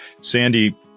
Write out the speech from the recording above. Sandy